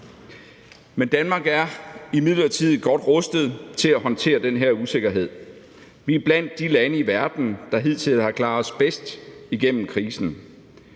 Men Danmark er imidlertid godt rustet til at håndtere den her usikkerhed. Vi er blandt de lande i verden, der hidtil har klaret sig bedst igennem krisen.